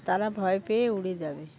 তারা ভয় পেয়ে উড়ে যাবে